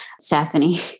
Stephanie